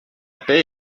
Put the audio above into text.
paix